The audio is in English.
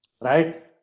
Right